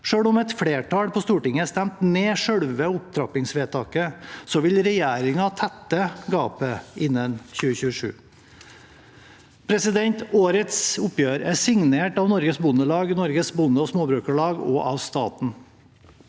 Selv om et flertall på Stortinget stemte ned selve opptrappingsvedtaket, vil regjeringen tette gapet innen 2027. Årets oppgjør er signert av Norges Bondelag, Norsk Bonde- og Småbrukarlag og staten.